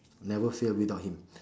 never fail without him